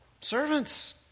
Servants